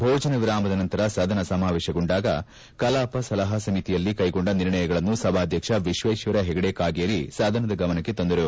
ಭೋಜನ ಎರಾಮದ ನಂತರ ಸದನ ಸಮಾವೇಶಗೊಂಡಾಗ ಕಲಾಪ ಸಲಹಾ ಸಮಿತಿಯಲ್ಲಿ ಕೈಗೊಂಡ ನಿರ್ಣಯಗಳನ್ನು ಸಭಾಧ್ಯಕ್ಷ ಎಶ್ವೇಶ್ವರ ಹೆಗಡೆ ಕಾಗೇರಿ ಸದನದ ಗಮನಕ್ಕೆ ತಂದರು